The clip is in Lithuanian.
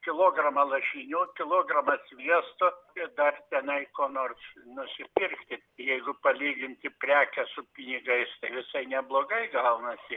kilogramą lašinių kilogramą sviesto ir dar tenai ko nors nusipirkti jeigu palyginti prekę su pinigais tai visai neblogai gaunasi